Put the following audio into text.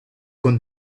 con